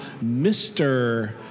Mr